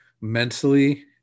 mentally